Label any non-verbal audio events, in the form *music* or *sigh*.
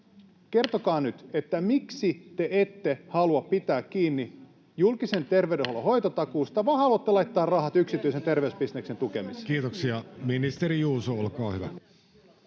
koputtaa] miksi te ette halua pitää kiinni julkisen terveydenhuollon hoitotakuusta, *noise* vaan haluatte laittaa rahat yksityisen terveysbisneksen tukemiseen? Kiitoksia. — Ministeri Juuso, olkaa hyvä.